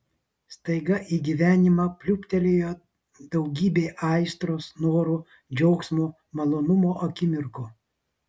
staiga į gyvenimą pliūptelėjo daugybė aistros norų džiaugsmo malonumo akimirkų